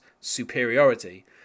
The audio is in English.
superiority